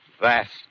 vast